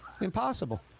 Impossible